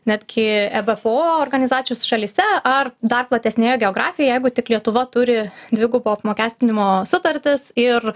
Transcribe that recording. netgi ebpo organizacijos šalyse ar dar platesnėje geografijoj jeigu tik lietuva turi dvigubo apmokestinimo sutartis ir